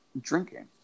drinking